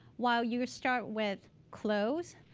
while you start with clothes,